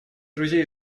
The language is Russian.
друзей